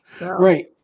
Right